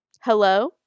Hello